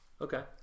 okay